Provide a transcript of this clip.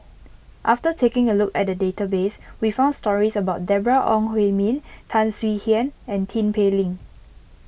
after taking a look at the database we found stories about Deborah Ong Hui Min Tan Swie Hian and Tin Pei Ling